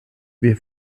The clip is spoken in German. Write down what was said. wir